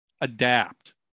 adapt